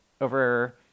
over